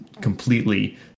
completely